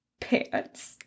pants